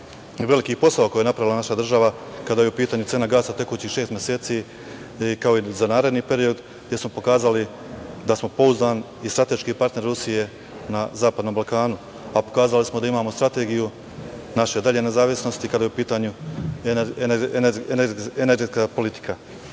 veliki posao koji je napravila naša država kada je u pitanju cena gasa tekućih šest meseci, kao i za naredni period, gde smo pokazali da smo pouzdan i strateški partner Rusije na zapadnom Balkanu. Pokazali smo da imamo strategiju naše dalje nezavisnosti kada je u pitanju energetska politika.